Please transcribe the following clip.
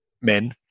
men